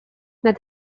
nad